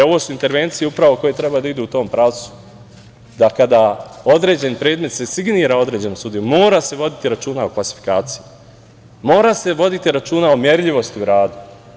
Ovo su intervencije upravo koje treba da idu u tom pravcu da, kada određeni predmet se signira određenom sudiji, se mora voditi računa o klasifikaciji, mora se voditi računa o merljivosti u radu.